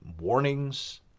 warnings